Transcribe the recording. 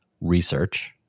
research